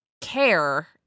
care-